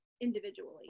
individually